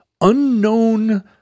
unknown